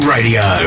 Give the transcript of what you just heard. Radio